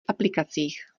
aplikacích